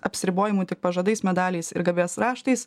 apsiribojimu tik pažadais medaliais ir garbės raštais